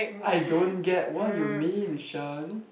I don't get what you mean Shen